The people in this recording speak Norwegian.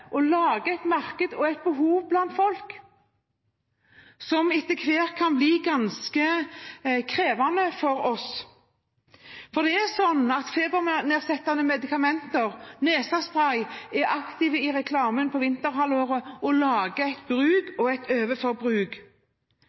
et behov hos folk, som etter hvert kan bli ganske krevende for oss. Febernedsettende medikamenter og nesespray blir det nemlig aktivt reklamert for i vinterhalvåret, og det skaper bruk og